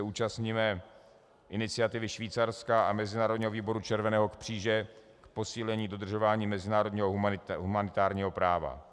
Účastníme se iniciativy Švýcarska a Mezinárodního výboru Červeného kříže k posílení dodržování mezinárodního humanitárního práva.